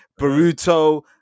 Baruto